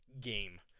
game